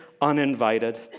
uninvited